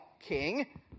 king